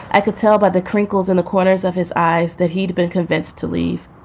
i could tell by the crinkles in the corners of his eyes that he'd been convinced to leave.